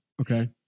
Okay